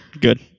good